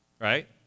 right